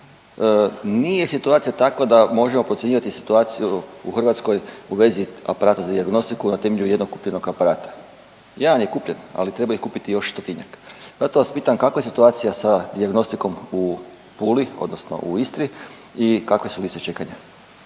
nije situacija takva da možemo procjenjivat situaciju u Hrvatskoj u vezi aparata za dijagnostiku na temelju jednog kupljenog aparata. Jedan je kupljen, ali treba ih kupiti još stotinjak. Zato vas pitam kakva je situacija sa dijagnostikom u Puli odnosno u Istri i kakve su liste čekanja?